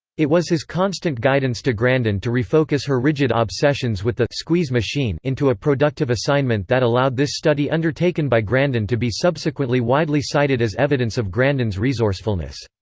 it was his constant guidance to grandin to refocus her rigid obsessions with the squeeze machine into a productive assignment that allowed this study undertaken by grandin to be subsequently widely cited as evidence of grandin's resourcefulness.